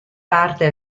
parte